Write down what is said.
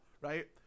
right